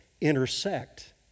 intersect